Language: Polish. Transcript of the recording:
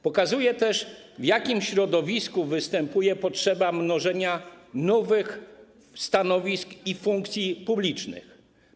Pokazało ono też, w jakim środowisku występuje potrzeba mnożenia nowych stanowisk i funkcji publicznych.